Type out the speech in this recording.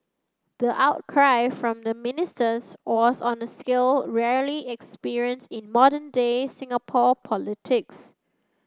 the outcry from the ministers was on a scale rarely experienced in modern day Singapore politics